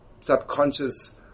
subconscious